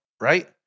right